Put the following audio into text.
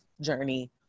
journey